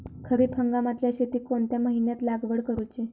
खरीप हंगामातल्या शेतीक कोणत्या महिन्यात लागवड करूची?